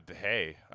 Hey